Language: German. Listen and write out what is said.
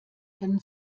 können